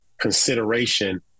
consideration